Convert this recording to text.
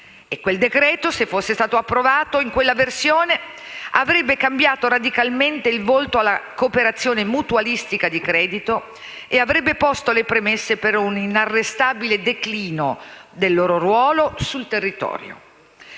Quel decreto-legge, se fosse stato convertito nella versione originaria, avrebbe cambiato radicalmente il volto alla cooperazione mutualistica di credito e posto le premesse per un inarrestabile declino del loro ruolo sul territorio.